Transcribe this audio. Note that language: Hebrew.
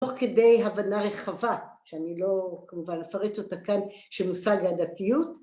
תוך כדי הבנה רחבה שאני לא כמובן אפרט אותה כאן של מושג העדתיות